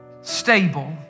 stable